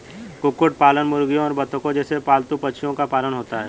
कुक्कुट पालन मुर्गियों और बत्तखों जैसे पालतू पक्षियों का पालन होता है